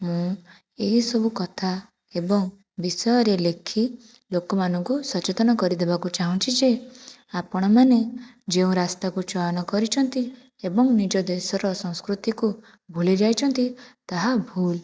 ମୁଁ ଏହିସବୁ କଥା ଏବଂ ବିଷୟରେ ଲେଖି ଲୋକମାନଙ୍କୁ ସଚେତନ କରିଦେବାକୁ ଚାହୁଁଛି ଯେ ଆପଣମାନେ ଯେଉଁ ରାସ୍ତାକୁ ଚୟନ କରିଛନ୍ତି ଏବଂ ନିଜ ଦେଶର ସଂସ୍କୃତିକୁ ଭୁଲି ଯାଇଛନ୍ତି ତାହା ଭୁଲ